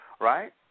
right